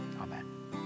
Amen